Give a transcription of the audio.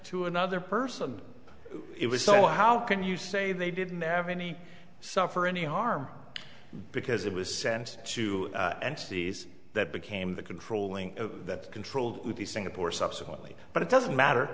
to another person it was so how can you say they didn't have any suffer any harm because it was sent to entities that became the controlling that controlled would be singapore subsequently but it doesn't matter